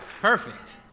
Perfect